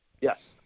yes